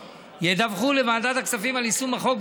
ידווחו לוועדת הכספים על יישום החוק,